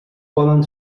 poden